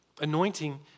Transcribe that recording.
anointing